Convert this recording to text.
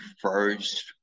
first